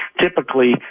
typically